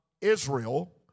Israel